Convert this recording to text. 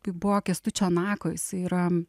kai buvo kęstučio nako jisai yra